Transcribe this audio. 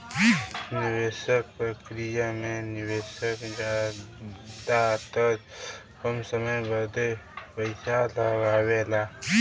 निवेस प्रक्रिया मे निवेशक जादातर कम समय बदे पइसा लगावेला